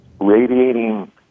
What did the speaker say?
radiating